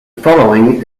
following